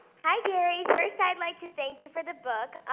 hi gary, first i'd like to thank you for the book,